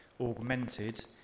augmented